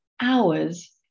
hours